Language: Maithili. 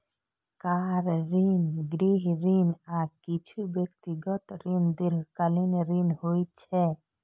कार ऋण, गृह ऋण, आ किछु व्यक्तिगत ऋण दीर्घकालीन ऋण होइ छै